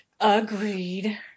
Agreed